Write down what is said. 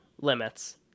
limits